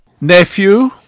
Nephew